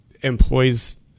employees